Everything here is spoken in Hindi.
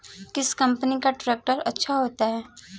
किस कंपनी का ट्रैक्टर अच्छा होता है?